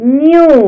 new